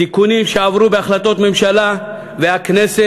תיקונים שעברו בהחלטות ממשלה והכנסת,